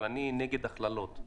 אבל אני נגד הכללות.